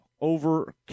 over